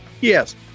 Yes